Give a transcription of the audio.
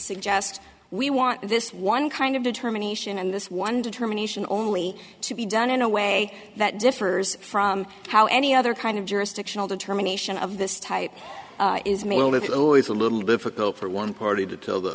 suggest we want this one kind of determination and this one determination only to be done in a way that differs from how any other kind of jurisdictional determination of this type is made it always a little difficult for one party to tell the